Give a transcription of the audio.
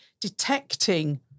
detecting